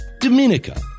Dominica